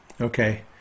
okay